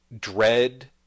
dread